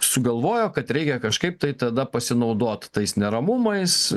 sugalvojo kad reikia kažkaip tai tada pasinaudot tais neramumais